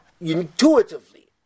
intuitively